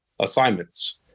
assignments